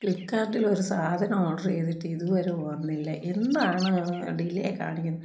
ക്ലിപ്കാർഡില് ഒരു സാധനം ഓർഡർ ചെയ്തിട്ട് ഇതുവരെ വന്നില്ല എന്താണ് ഡിലെ കാണിക്കുന്ന്